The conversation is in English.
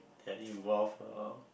that involve um